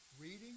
reading